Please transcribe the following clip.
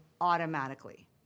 automatically